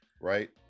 right